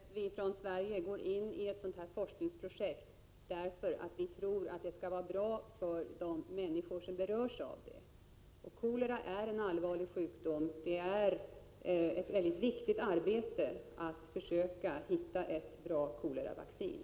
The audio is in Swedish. Herr talman! Det är självklart att vi från Sverige går in i ett sådant här forskningsprojekt därför att vi tror att det skall vara bra för de människor som berörs. Kolera är en allvarlig sjukdom. Att försöka hitta ett bra koleravaccin är mycket viktigt.